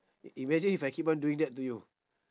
imagine if I keep on doing that to you